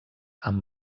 amb